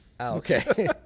okay